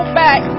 back